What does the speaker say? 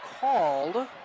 called